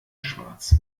schwarz